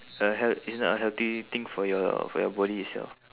a heal~ it's not a healthy thing for your for your body itself